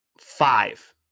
five